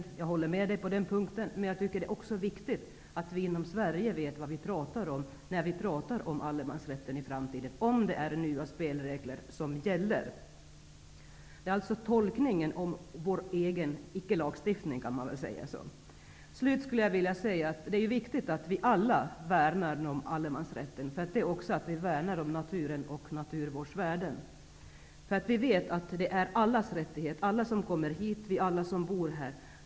Jag håller med honom på den punkten. Men jag tycker också att det är viktigt att vi i Sverige vet vad vi talar om när vi i framtiden pratar om allemansrätten, om det då är nya spelregler som gäller. Det är alltså fråga om tolkningen av vår egen icke-lagstiftning, skulle man kunna säga. Slutligen skulle jag vilja säga att det är viktigt att vi alla slår vakt om allemansrätten. Det är också att värna om naturen och naturvårdsvärden. Allemansrätten är allas vår rätt, rätten för alla som kommer hit och för alla som bor här.